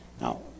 Now